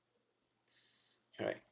correct